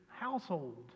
household